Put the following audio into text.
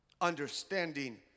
Understanding